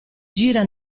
gira